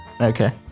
Okay